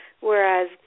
whereas